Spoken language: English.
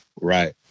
Right